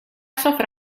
soffre